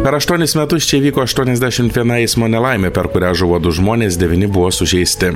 per aštuonis metus čia įvyko aštuoniasdešimt viena eismo nelaimė per kurią žuvo du žmonės devyni buvo sužeisti